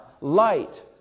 light